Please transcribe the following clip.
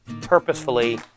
purposefully